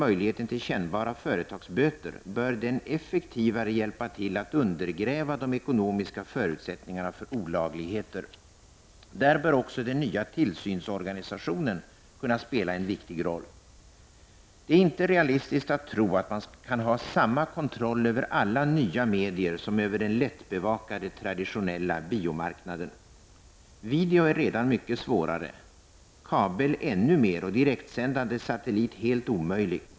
möjligheten till kännbara företagsböter, bör den effektivare hjälpa till att undergräva de ekonomiska förutsättningarna för olagligheter. Där bör också den nya tillsynsorganisationen kunna spela en viktig roll. Det är inte realistiskt att tro att man kan ha samma kontroll över alla nya medier som över den lättbevakade traditionella biomarknaden. Video är redan mycket svårare, kabel ännu svårare och direktsändande satellit helt omöjlig.